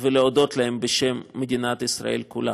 ולהודות להם בשם מדינת ישראל כולה.